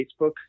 Facebook